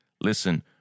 Listen